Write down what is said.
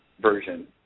version